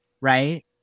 right